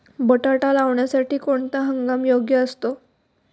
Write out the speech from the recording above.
बटाटा लावण्यासाठी कोणता हंगाम योग्य असतो?